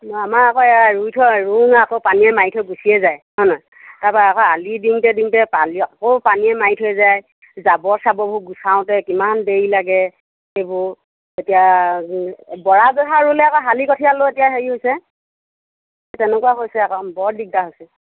আমাৰ আকৌ এইয়া ৰুই থোৱা ৰুওঁনে আকৌ পানীয়ে মাৰি থৈ গুচিয়ে যায় হয়নে তাৰপা আকৌ আলি দিওঁতে দিওঁতে আকৌ পানীয়ে মাৰি থৈ যায় জাবৰ চাবৰবোৰ গুচাওঁতে কিমান দেৰি লাগে এইবোৰ এতিয়া বৰা জহা ৰুলে আকৌ শালি কঠিয়া ৰুলোঁ এতিয়া হেৰি হৈছে তেনেকুৱা হৈছে আকৌ বৰ দিগদাৰ হৈছে